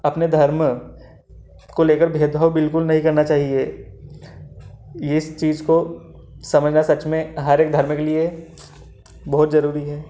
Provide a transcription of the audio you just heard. अपने धर्म को लेकर भेदभाव बिल्कुल नहीं करना चाहिए इस चीज़ को समझना सच में हर एक धर्म के लिए बहुत जरूरी है